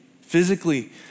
physically